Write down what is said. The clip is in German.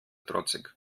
trotzig